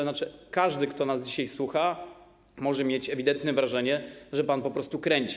Znaczy, każdy, kto nas dzisiaj słucha, może mieć ewidentnie wrażenie, że pan po prostu kręci.